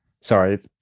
Sorry